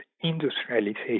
industrialization